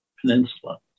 peninsula